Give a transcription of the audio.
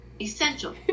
essential